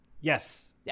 Yes